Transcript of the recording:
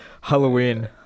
Halloween